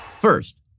First